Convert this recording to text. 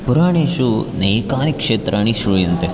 पुराणेषु नैकानि क्षेत्राणि श्रूयन्ते